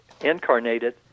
incarnated